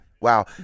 Wow